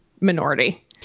minority